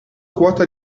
quota